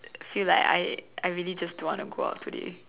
feel like I I really just don't want to go out today